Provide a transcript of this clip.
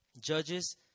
Judges